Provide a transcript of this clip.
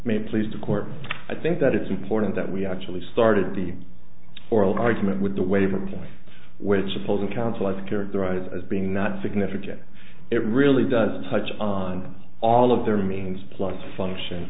may please the court i think that it's important that we actually started the oral argument with the wave upon which opposing counsel has characterized as being not significant it really does touch on all of their means plus function